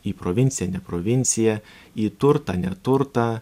į provinciją ne provinciją į turtą neturtą